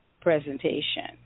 presentation